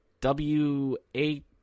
W-A